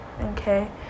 Okay